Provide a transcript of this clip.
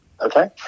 Okay